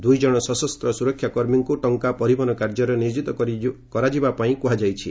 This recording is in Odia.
ଦୁଇଜଣ ସଶସ୍ତ ସୁରକ୍ଷା କର୍ମୀଙ୍କୁ ଟଙ୍କା ପରିବହନ କାର୍ଯ୍ୟରେ ନିୟୋଜିତ କରାଯିବା ପାଇଁ କୁହାଯାଇଛି